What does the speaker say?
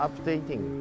Updating